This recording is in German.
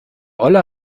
olle